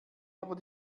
aber